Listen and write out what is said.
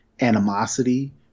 animosity